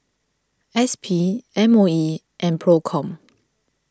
S P M O E and Procom